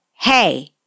hey